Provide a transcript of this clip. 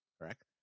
Correct